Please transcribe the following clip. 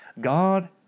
God